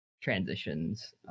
transitions